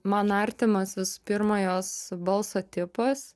man artimas visų pirma jos balso tipas